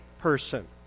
person